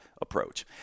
approach